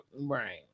Right